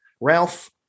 Ralph